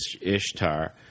Ishtar